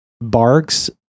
Barks